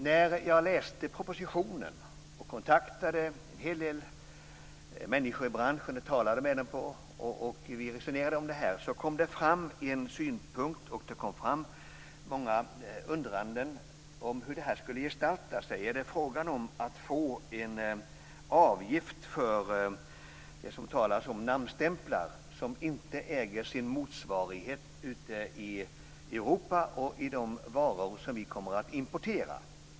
När jag läste propositionen och kontaktade en hel del människor i branschen kom det fram en synpunkt och många undringar om hur detta skulle gestalta sig. Är det fråga om att införa en avgift för namnstämplar, en avgift som inte äger sin motsvarighet ute i Europa och när det gäller de varor som vi kommer att importera?